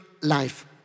life